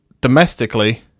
domestically